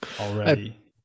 already